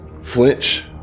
flinch